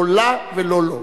לא לה ולא לו.